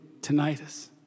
tinnitus